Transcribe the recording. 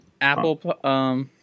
Apple